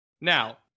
Now